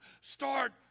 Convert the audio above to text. start